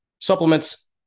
supplements